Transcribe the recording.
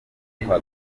kwa